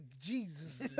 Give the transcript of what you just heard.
Jesus